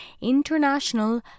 International